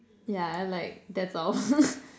yeah like that's all